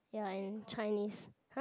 ya and Chinese !huh!